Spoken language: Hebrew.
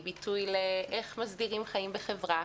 היא ביטוי לאיך מסבירים חיים בחברה.